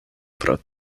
pro